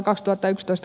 jaa